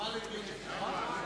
לדיון נפתחה?